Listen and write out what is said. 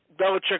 Belichick